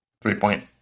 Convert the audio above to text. Three-point